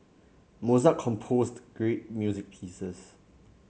Mozart composed great music pieces